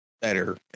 better